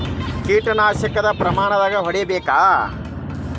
ಕೇಟ ನಾಶಕ ಎಷ್ಟ ಪ್ರಮಾಣದಾಗ್ ಹೊಡಿಬೇಕ?